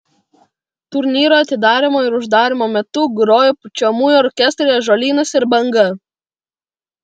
turnyro atidarymo ir uždarymo metu grojo pučiamųjų orkestrai ąžuolynas ir banga